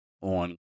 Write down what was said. on